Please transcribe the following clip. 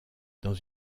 dans